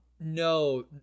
No